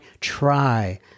try